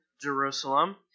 Jerusalem